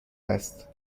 است